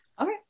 Okay